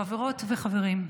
חברות וחברים,